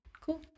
cool